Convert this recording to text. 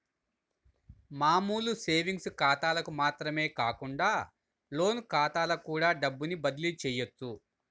మామూలు సేవింగ్స్ ఖాతాలకు మాత్రమే కాకుండా లోన్ ఖాతాలకు కూడా డబ్బుని బదిలీ చెయ్యొచ్చు